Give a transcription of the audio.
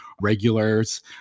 regulars